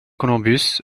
columbus